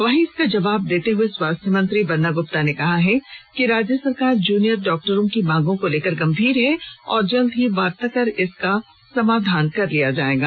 वहीं इसका जवाब देते हुए स्वास्थ्य मंत्री बन्ना गुप्ता ने कहा है कि राज्य सरकार जूनियर डॉक्टरों की मांगों को लेकर गंभीर है और जल्द ही वार्ता कर इसका समाधान कर लिया जायेगा